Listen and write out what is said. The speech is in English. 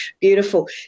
Beautiful